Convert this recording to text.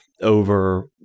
over